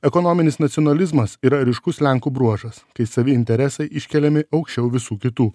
ekonominis nacionalizmas yra ryškus lenkų bruožas kai savi interesai iškeliami aukščiau visų kitų